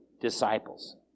disciples